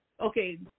Okay